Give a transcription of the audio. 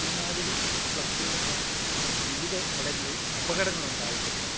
ഇമ്മാതിരി ഫ്ലക്സുകളും ബാൻ്റുകളൊക്കെ വെച്ച് വിവിധ ഇടങ്ങളിൽ അപകടങ്ങളുണ്ടായിട്ടുണ്ട്